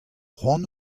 cʼhoant